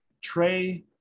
Trey